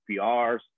PRs